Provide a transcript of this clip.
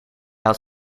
had